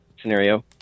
scenario